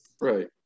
Right